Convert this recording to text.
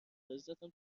عزتم